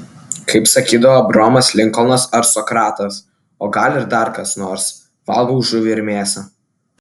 kaip sakydavo abraomas linkolnas ar sokratas o gal ir dar kas nors valgau žuvį ir mėsą